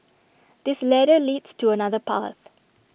this ladder leads to another path